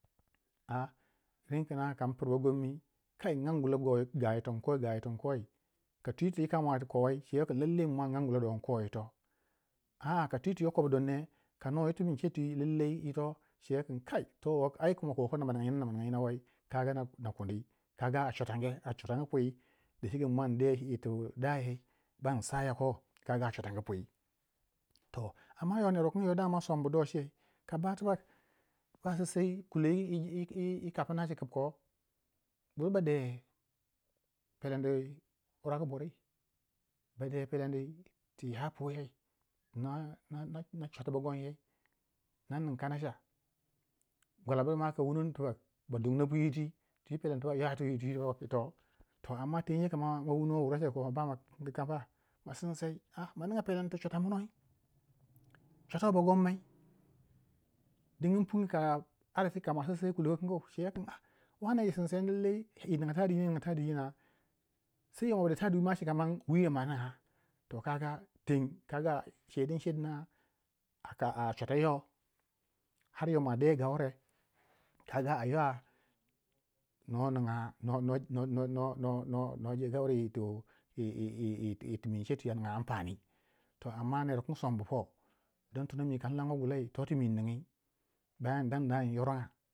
A renkuna kan pir bogomni kai ren kina in nang gulai ga ting ko ga yirtin koi, ka twitwi yika mwa ko wei, ce wei kin lallai mi mwa in ang gula do in ko toh, in ang gula do yin ko ito ka twitwi yo kobu don ne, kanu yir tin ce twi lallai ito cewei kin, kai to wo ai kuma ko ko na maninga nyina ma ninga nyina wei kaga na ninga kuni kaga a chwatange a chwatang pwi, dacike mwi mwa inde yir ti dayai ban saya ko, kaga a chwatang pwi, to amma yo ner wu kin dama sombu do cei, ka ba tibak ba sissei kuloi yi kapna cika ko bur ba de pelendi kurang burui, ba de pelendi ti ya puwei na chwati bagonyoi, na ning kanacha, gwala bu ma ka wunoni tibak ba dungna pwi yitwi ti peleni ywa tina ti twi, to amma tenyeu kama wuno wura cika ko kama ba ma kin kamba, ma sinsei a maninga peleni tu chwatamnoi, chwato bago mmai dingin pung ka ar kasinsei kulo kinkangu cewei kin wane yi sinseni lallai yi ninga tadi nyina yi ninga tadi nyina se bade tadi wima cika wiyo ma ninga to kaga teng kaga ce din ce dina, a chwata yo har yo mwa de gaure, kaga a ywa no ninga no je gauri yi ti mi ince twi a ninga ampani, to amma ner wukin sombu po, don tono mi kan lanwe gulai toti mi inning bayan in dandai inyoronga.